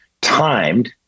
timed